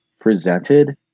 presented